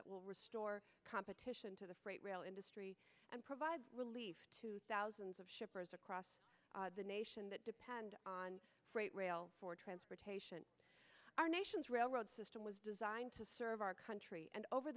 restore competition to the freight rail industry and provide relief to thousands of shippers across the nation that depend on freight rail for transportation our nation's railroad system was designed to serve our country and over